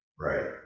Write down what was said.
Right